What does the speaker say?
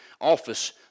office